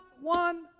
one